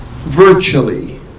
Virtually